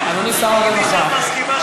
גלאון מבקשת שלוש דקות.